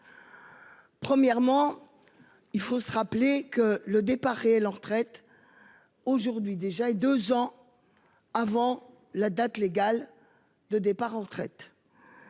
Premièrement. Il faut se rappeler que le départ réel en retraite. Aujourd'hui déjà, et deux ans. Avant la date légale de départ en retraite.